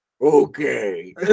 Okay